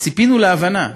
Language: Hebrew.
ציפינו להבנה,